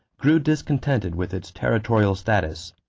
grew discontented with its territorial status.